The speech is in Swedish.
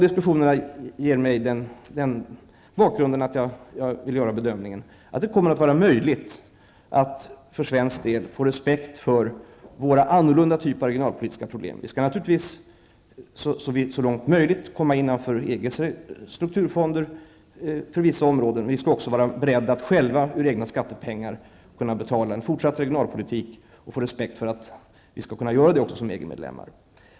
Diskussionerna därvidlag ger mig sådan bakgrund att jag vill göra bedömningen att det kommer att vara möjligt att för svensk del få respekt för vår annorlunda typ av regionalpolitiska problem. Vi skall naturligtvis så långt möjligt komma innanför EGs strukturfonder på vissa områden. Vi skall också vara beredda att själva, ur egna skattepengar, betala en fortsatt regionalpolitik och få respekt för att vi skall kunna göra det som EG medlem.